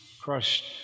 crushed